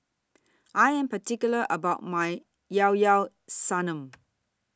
I Am particular about My Llao Llao Sanum